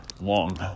long